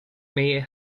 may